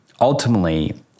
Ultimately